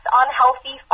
unhealthy